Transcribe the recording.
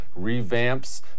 revamps